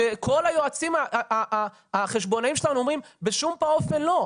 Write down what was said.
שכל היועצים החשבונאים שלנו אומרים בשום פנים ואופן לא.